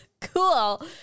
Cool